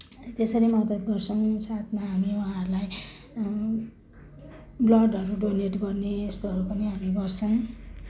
त्यसरी मद्दत गर्छौँ साथमा हामी उहाँहरूलाई ब्लडहरू डोनेट गर्ने यस्तोहरू पनि हामी गर्छौँ